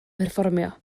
perfformio